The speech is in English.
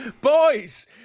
Boys